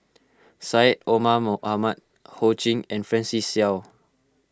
Syed Omar Mohamed Ho Ching and Francis Seow